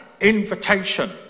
invitation